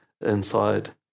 inside